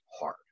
hard